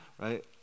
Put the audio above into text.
right